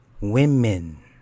Women